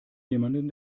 jemanden